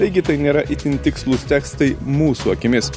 taigi tai nėra itin tikslūs tekstai mūsų akimis